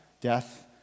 death